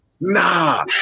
Nah